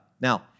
Now